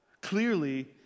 clearly